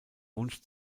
wunsch